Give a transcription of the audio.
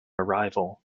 arrival